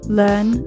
learn